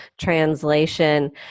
translation